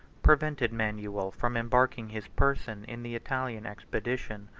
prevented manuel from embarking his person in the italian expedition.